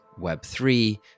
Web3